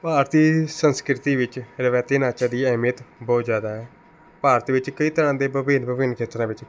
ਭਾਰਤੀ ਸੰਸਕ੍ਰਿਤੀ ਵਿੱਚ ਰਵਾਇਤੀ ਨਾਚਾਂ ਦੀ ਅਹਿਮੀਅਤ ਬਹੁਤ ਜ਼ਿਆਦਾ ਹੈ ਭਾਰਤ ਵਿੱਚ ਕਈ ਤਰ੍ਹਾਂ ਦੇ ਵਿਭਿੰਨ ਵਿਭਿੰਨ ਖੇਤਰਾਂ ਵਿੱਚ